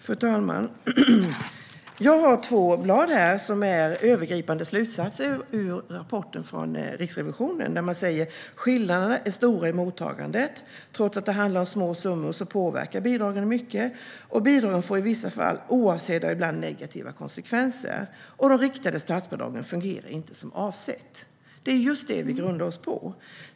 Fru talman! Jag har två blad här med övergripande slutsatser ur rapporten från Riksrevisionen. Där säger man att skillnaderna är stora i mottagandet, att trots att det handlar om små summor påverkar bidragen mycket, att bidragen ibland får oavsedda och ibland negativa konsekvenser och att de riktade statsbidragen inte fungerar som avsett. Det är just det vi grundar oss på.